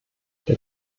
der